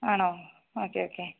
ആണോ okay okay